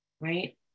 right